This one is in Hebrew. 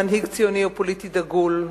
מנהיג ציוני ופוליטי דגול,